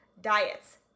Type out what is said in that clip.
Diets